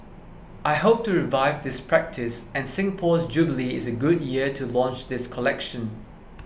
I hope to revive this practice and Singapore's jubilee is a good year to launch this collection